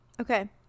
Okay